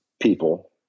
people